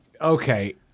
Okay